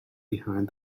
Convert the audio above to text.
behind